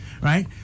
right